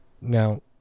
Now